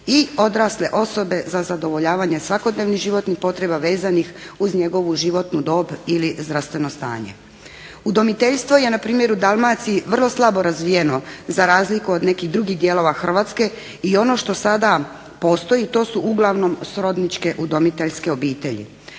i odrasle osobe za zadovoljavanje svakodnevnih životnih potreba vezanih uz njegovu životnu dob ili zdravstveno stanje. Udomiteljstvo je na primjer u Dalmaciji vrlo slabo razvijeno za razliku od nekih drugih dijelova Hrvatske i ono što sada postoji to su uglavnom srodničke udomiteljske obitelji.